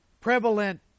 prevalent